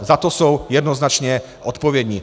Za to jsou jednoznačně odpovědní.